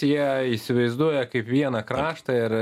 jie įsivaizduoja kaip vieną kraštą ir